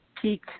peak